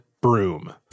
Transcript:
broom